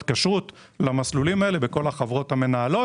כשרות למסלולים האלה בכל החברות המנהלות.